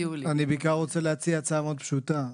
אני בעיקר רוצה להציע הצעה מאוד פשוטה,